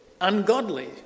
ungodly